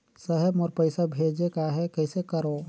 साहेब मोर पइसा भेजेक आहे, कइसे करो?